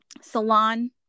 salon